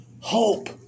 hope